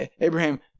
Abraham